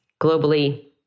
globally